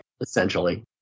Essentially